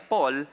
Paul